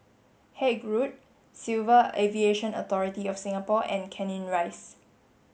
Haig Road Civil Aviation Authority of Singapore and Canning Rise